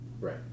Right